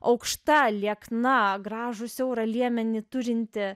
aukšta liekna gražų siaurą liemenį turinti